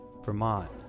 Vermont